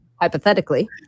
hypothetically